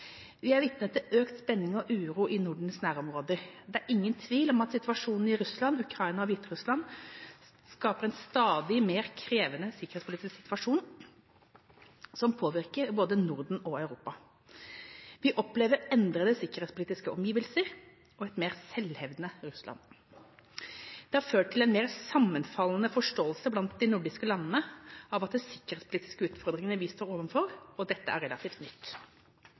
Vi er vitne til økt spenning og uro i Nordens nærområder, og det er ingen tvil om at situasjonen i Russland, Ukraina og Hviterussland skaper en stadig mer krevende sikkerhetspolitisk situasjon som påvirker både Norden og Europa. Vi opplever endrede sikkerhetspolitiske omgivelser og et mer selvhevdende Russland. Det har ført til en mer sammenfallende forståelse blant de nordiske landene av de sikkerhetspolitiske utfordringene vi står overfor, og dette er relativt nytt.